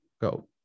go